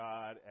God